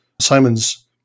Simon's